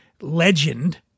legend